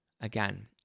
Again